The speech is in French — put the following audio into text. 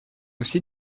aussi